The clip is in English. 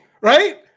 right